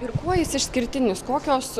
ir kuo jis išskirtinis kokios